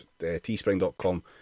teespring.com